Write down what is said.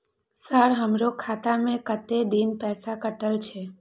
Sir हमारो खाता में कतेक दिन पैसा कटल छे?